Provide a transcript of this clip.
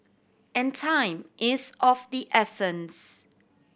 and time is of the essence